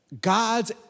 God's